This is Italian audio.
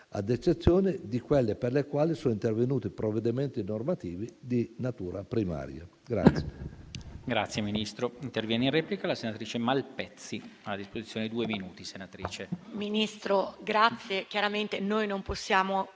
ad eccezione di quelle per le quali sono intervenuti provvedimenti normativi di natura primaria.